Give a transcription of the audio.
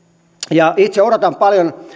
ja itse odotan paljon